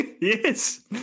Yes